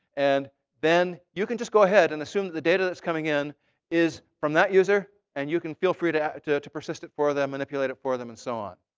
and then you can just go ahead and assume that the data that's coming in is from that user. and you can feel free to yeah to persist it for them, manipulate it for them, and so on.